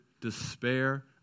despair